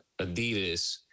Adidas